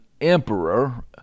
Emperor